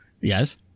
yes